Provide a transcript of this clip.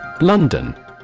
London